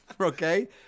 Okay